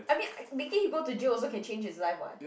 I mean making him go to jail also can change his life [what]